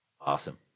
awesome